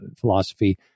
philosophy